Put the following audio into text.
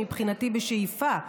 מבחינתי בשאיפה,